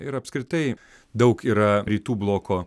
ir apskritai daug yra rytų bloko